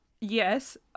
yes